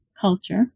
culture